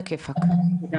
תודה